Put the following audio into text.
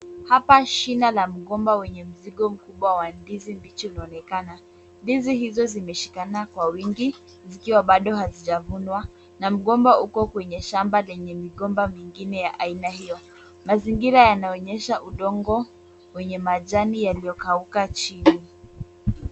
Hapa shina la mgomba wenye mzigo mkubwa wa ndizi mbichi unaonekana. Ndizi hizo zimeshikana kwa wingi zikiwa bado hazijavunwa na mgomba uko kwenye shamba lenye migomba mingine ya aina hio. Mazingira yanaonyesha udongo wenye majani yaliyokauka chini.